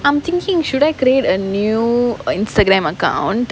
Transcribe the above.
I'm thinking should I create a new Instagram account